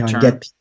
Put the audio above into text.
get